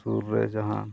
ᱥᱩᱨ ᱨᱮ ᱡᱟᱦᱟᱸ